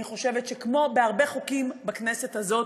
אני חושבת שכמו בהרבה חוקים בכנסת הזאת,